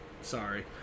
Sorry